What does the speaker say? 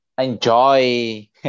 enjoy